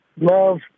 love